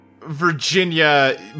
Virginia